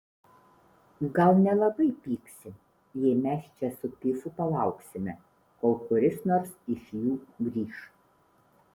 gal nelabai pyksi jei mes čia su pifu palauksime kol kuris nors iš jų grįš